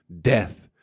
death